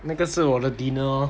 那个是我的 dinner